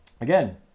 again